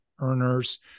earners